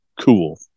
cool